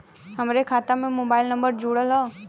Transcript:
हमार खाता में मोबाइल नम्बर जुड़ल हो?